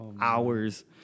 hours